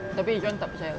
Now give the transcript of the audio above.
tapi izuan tak percaya